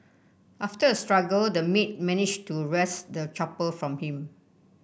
after a struggle the maid managed to wrest the chopper from him